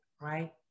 right